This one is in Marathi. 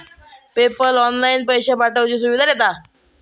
पेपल ऑनलाईन पैशे पाठवुची सुविधा देता